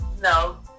No